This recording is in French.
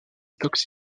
stoke